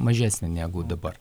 mažesnė negu dabar